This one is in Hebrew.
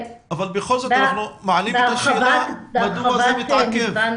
אבל בכל זאת אנחנו מעלים את השאלה מדוע זה התעכב.